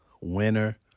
winner